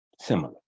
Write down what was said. similar